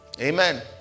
Amen